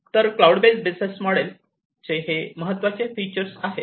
तर cloud based business model चे हे महत्वाचे फिचर आहे